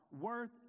worth